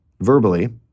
verbally